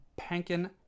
pankin